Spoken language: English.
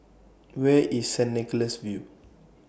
Where IS Saint Nicholas View